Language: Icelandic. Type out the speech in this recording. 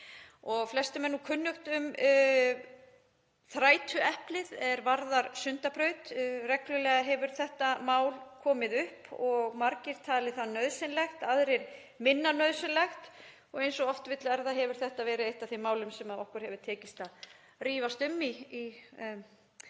þá. Flestum er kunnugt um þrætueplið er varðar Sundabraut. Reglulega hefur þetta mál komið upp og margir talið það nauðsynlegt, aðrir minna nauðsynlegt og eins og oft vill verða hefur þetta verið eitt af þeim málum sem okkur hefur tekist að rífast um í hálfa